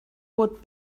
would